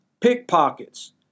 pickpockets